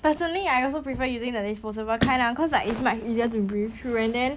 personally I also prefer using the disposable kind lah because like it's much easier to breathe through and then